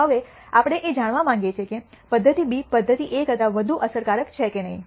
હવે આપણે એ જાણવા માગીએ છીએ કે પદ્ધતિ બી પદ્ધતિ એ કરતાં વધુ અસરકારક છે કે નહીં